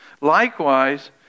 Likewise